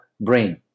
brain